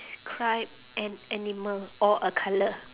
describe an animal or a colour